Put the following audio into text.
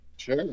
Sure